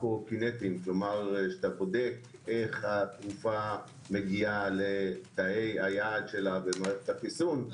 שאתה בודק איך התרופה מגיעה לתאי היעד שלה במערכת החיסון,